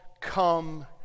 come